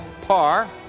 par